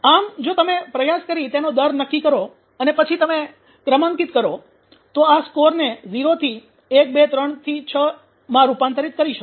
આમ જો તમે પ્રયાસ કરી તેનો દર નક્કી કરો અને પછી તમે ક્રમાંકિત કરો તો આ સ્કોરને 0 થી 1 2 3 6 માં રૂપાંતરિત કરી શકો